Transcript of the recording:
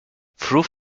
through